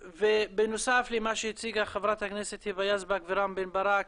בנוסף למה שהציגה היבה יזבק ורם בן ברק,